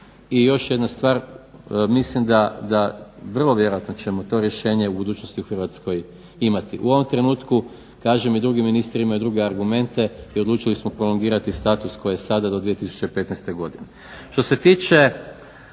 I još jedna stvar, mislim da vrlo vjerojatno ćemo to rješenje u budućnosti u Hrvatskoj imati. U ovom trenutku kažem i drugi ministri imaju druge argumente i odlučili smo prolongirati status koji je sada do 2015. godine.